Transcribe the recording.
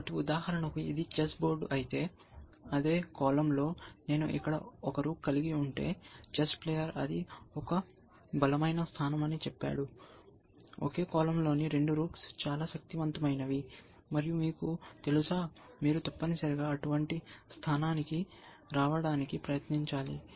కాబట్టి ఉదాహరణకు ఇది చెస్ బోర్డు అయితే అదే కాలమ్లో నేను ఇక్కడ ఒక రూక్ కలిగి ఉంటే చెస్ ప్లేయర్ అది ఒక బలమైన స్థానం అని చెప్తాడు ఒకే కాలమ్లోని రెండు రూక్లు చాలా శక్తివంతమైనవి మరియు మీకు తెలుసామీరు తప్పనిసరిగా అటువంటి స్థానానికి రావడానికి ప్రయత్నించాలి